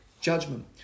judgment